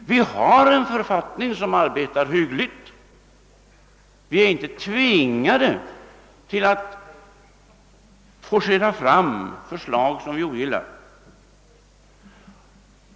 Vi har en författning som fungerar hyggligt, vi är inte tvingade att forcera fram förslag som vi ogillar.